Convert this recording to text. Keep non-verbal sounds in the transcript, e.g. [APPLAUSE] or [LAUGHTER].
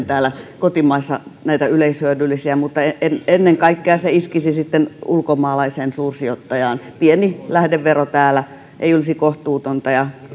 [UNINTELLIGIBLE] täällä kotimaassa myös näitä yleishyödyllisiä mutta ennen kaikkea se iskisi sitten ulkomaalaiseen suursijoittajaan pieni lähdevero täällä ei olisi kohtuutonta ja [UNINTELLIGIBLE]